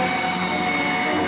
and